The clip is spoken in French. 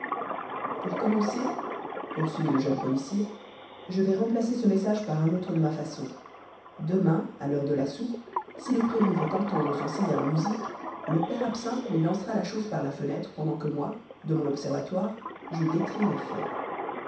pour commencer poursuivit le jeune policier je vais remplacer ce message par un autre de ma façon demain à l'heure de la soupe si le prévenu fait entendre son signal en musique le père absinthe lui lancera la chose par la fenêtre pendant que moi de mon observatoire je